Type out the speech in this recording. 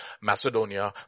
Macedonia